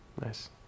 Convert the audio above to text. nice